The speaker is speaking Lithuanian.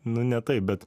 nu ne taip bet